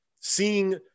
seeing